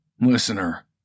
listener